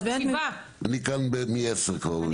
אני כאן כבר מ-10.